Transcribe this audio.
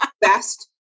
Best